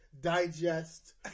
digest